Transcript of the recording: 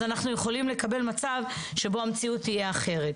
אנחנו יכולים לקבל מצב שבו המציאות תהיה אחרת.